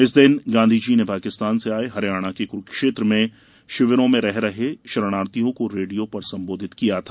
इस दिन गांधी जी ने पाकिस्तान से आये हरियाणा के कुरूक्षेत्र के शिविरों में रह रहे शरणार्थियों को रेडियो पर संबोधित किया था